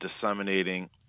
disseminating